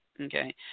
okay